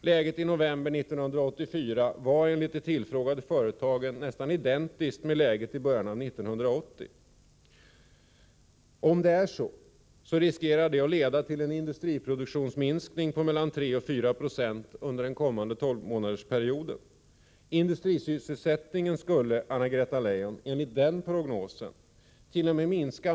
Läget i november 1984 var enligt dem som representerade de tillfrågade företagen nästan identiskt med läget i början av 1980. Om det är så, finns det en risk för att industriproduktionen kommer att minska med 34 26 under den kommande tolvmånadersperioden. Industrisysselsättningen skulle, Anna-Greta Leijon, enligt den prognosent.o.m. minska.